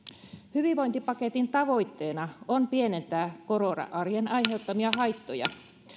hyvinvointipaketin tavoitteena on pienentää korona arjen aiheuttamia haittoja